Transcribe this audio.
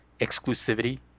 exclusivity